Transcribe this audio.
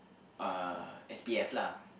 uh S_P_F lah